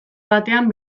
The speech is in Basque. batean